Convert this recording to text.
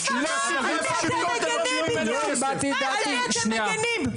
אני לא הבעתי את דעתי -- על מי אתם מגנים, בושה.